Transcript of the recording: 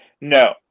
No